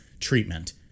Treatment